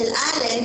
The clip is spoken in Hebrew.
ברור.